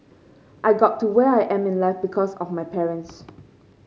I got to where I am in life because of my parents